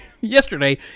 Yesterday